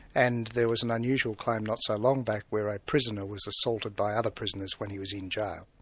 and there was an unusual claim not so long back, where a prisoner was assaulted by other prisoners when he was in jail.